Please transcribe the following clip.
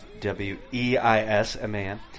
W-E-I-S-M-A-N